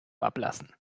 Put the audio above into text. ablassen